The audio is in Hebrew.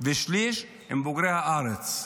ושליש הם בוגרי הארץ.